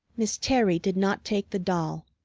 miss terry did not take the doll.